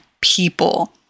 people